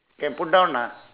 can put down ah